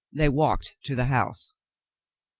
they walked to the house.